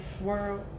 world